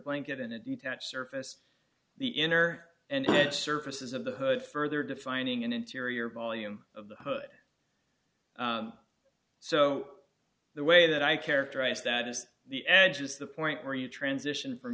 blanket in a detached surface the inner and surfaces of the hood further defining an interior volume of the hood so the way that i characterize that as the edge is the point where you transition from